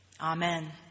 amen